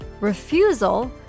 refusal